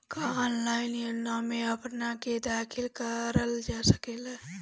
का ऑनलाइन योजनाओ में अपना के दाखिल करल जा सकेला?